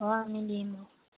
অঁ আমি দিম